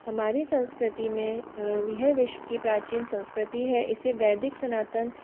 हमारी संस्कृति में यह विश्व की प्राचीन संस्कृति है इसे वैदिक सनातन